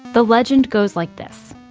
the legend goes like this